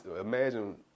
imagine